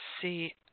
see